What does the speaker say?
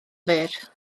fyr